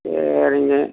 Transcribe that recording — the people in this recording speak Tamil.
சரிங்க